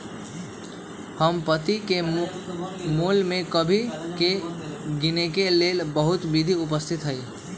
सम्पति के मोल में कमी के गिनेके लेल बहुते विधि उपस्थित हई